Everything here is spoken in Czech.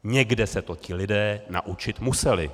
Někde se to ti lidé naučit museli.